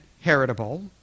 heritable